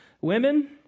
women